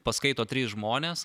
paskaito trys žmonės